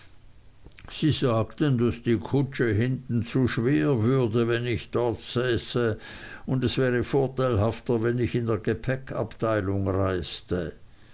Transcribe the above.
sie sagten daß die kutsche hinten zu schwer würde wenn ich dort säße und es wäre vorteilhafter wenn ich in der gepäckabteilung reiste